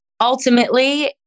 ultimately